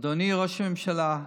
אדוני ראש הממשלה,